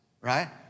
right